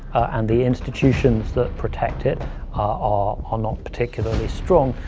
and the institutions that protect it ah are not particularly strong,